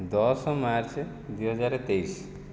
ଦଶ ମାର୍ଚ୍ଚ ଦୁଇହଜାର ତେଇଶ